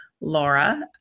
Laura